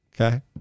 Okay